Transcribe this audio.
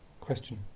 Question